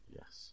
Yes